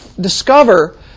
discover